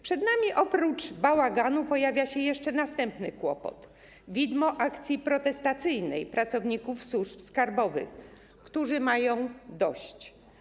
Przed nami oprócz bałaganu pojawia się jeszcze następny kłopot, czyli widmo akcji protestacyjnej pracowników służb skarbowych, którzy mają dość.